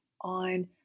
on